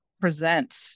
present